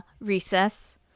Recess